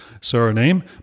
surname